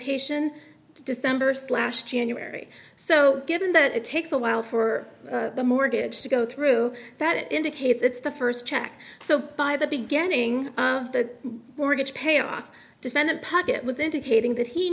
notation december slash january so given that it takes a while for the mortgage to go through that indicates it's the first check so by the beginning of the mortgage payoff defendant puckett was indicating that he